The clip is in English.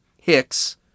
hicks